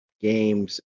games